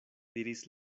diris